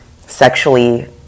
sexually